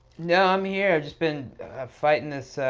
no, i'm here. i've just been fighting this,